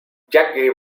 jack